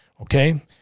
Okay